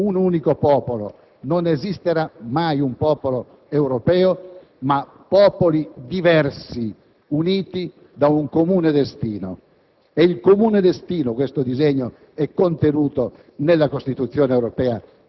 riscosso da nessuno. L'Europa non avrà mai un unico popolo, non esisterà mai un popolo europeo bensì popoli diversi uniti da un comune destino.